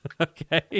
Okay